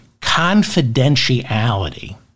confidentiality